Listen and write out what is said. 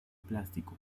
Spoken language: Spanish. plástico